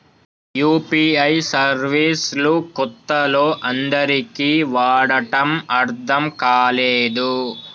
UPI service లు కొత్తలో అందరికీ వాడటం అర్థం కాలేదు